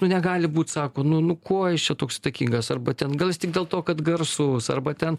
nu negali būt sako nu nu ko jis čia toks įtakingas arba ten gal jis tik dėl to kad garsus arba ten